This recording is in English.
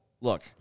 look